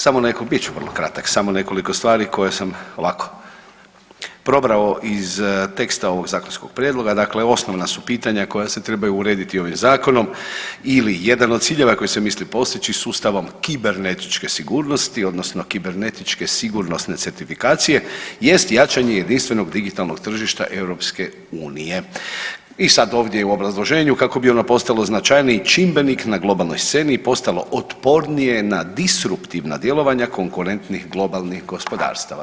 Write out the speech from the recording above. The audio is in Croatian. Samo nekoliko, bit ću vrlo kratak, samo nekoliko stvari koje sam ovako probrao iz teksta ovog zakonskog prijedloga, dakle osnovna su pitanja koja se trebaju urediti ovim zakonom ili jedan od ciljeva koji se misli postići sustavom kibernetičke sigurnosti odnosno kibernetičke sigurnosne certifikacije jest jačanje jedinstvenog digitalnog tržišta EU i sad ovdje u obrazloženju kako bi ono postalo značajniji čimbenik na globalnoj sceni i postalo otpornije na destruktivna djelovanja konkurentnih globalnih gospodarstava.